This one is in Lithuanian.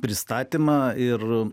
pristatymą ir